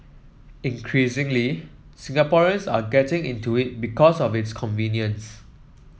increasingly Singaporeans are getting into it because of its convenience